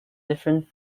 different